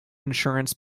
insurance